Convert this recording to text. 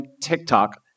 TikTok